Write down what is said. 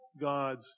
God's